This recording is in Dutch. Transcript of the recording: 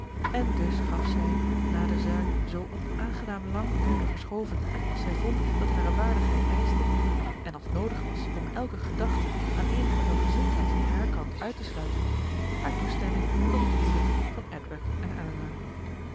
en dus gaf zij na de zaak zoo onaangenaam lang te hebben verschoven als zij vond dat hare waardigheid eischte en als noodig was om elke gedachte aan eenige welgezindheid van haar kant uit te sluiten hare toestemming tot het huwelijk van edward en